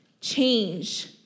change